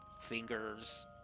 fingers